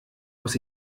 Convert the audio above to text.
muss